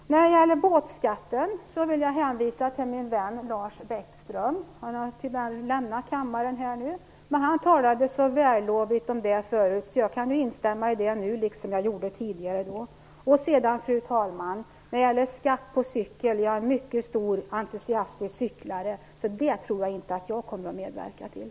Beträffande båtskatten vill jag hänvisa till min vän Lars Bäckström. Han har tyvärr lämnat kammaren nu, men han talade så vällovligt om båtskatt tidigare att jag kan instämma i det. Fru talman! När det sedan gäller skatt på cykel är jag en mycket stor cykelentusiast. Det tror jag inte att jag kommer att medverka till.